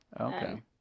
Okay